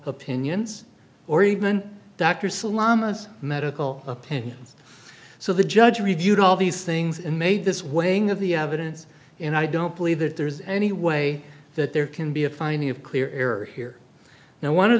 opinions or even dr salaam as medical opinions so the judge reviewed all these things and made this weighing of the evidence and i don't believe that there's any way that there can be a finding of clear error here now one of